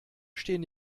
stehen